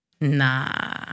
nah